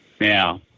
now